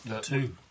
two